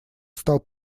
стал